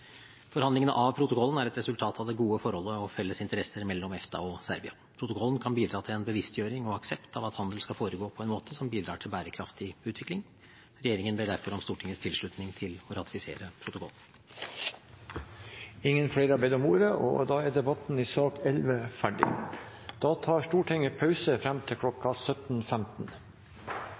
Forhandlingene av protokollen er et resultat av det gode forholdet og felles interesser mellom EFTA og Serbia. Protokollen kan bidra til en bevisstgjøring og aksept av at handel skal foregå på en måte som bidrar til bærekraftig utvikling. Regjeringen ber derfor om Stortingets tilslutning til å ratifisere protokollen. Flere har ikke bedt om ordet til sak nr. 11. Da tar Stortinget pause fram til